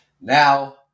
Now